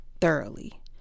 thoroughly